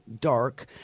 dark